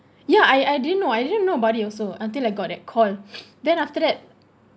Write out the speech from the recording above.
ya I I didn't know I didn't know about it also until I got that call then after that